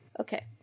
Okay